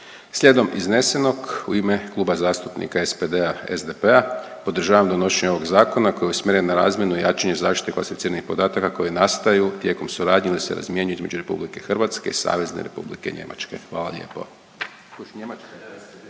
Slijedom iznesenog u ime Kluba zastupnika SPD-a, SDP-a podržavam donošenje ovog zakona koji je usmjeren na razmjenu i jačanje zaštite klasificiranih podataka koji nastaju tijekom suradnje ili se razmjenjuju između RH i SR Njemačke, hvala lijepo.